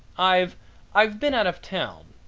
i've i've been out of town.